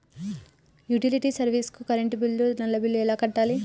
Utility service లో current bill, నల్లా bill ఎలా కట్టాలి?